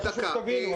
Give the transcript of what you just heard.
תבינו,